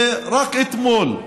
ורק אתמול,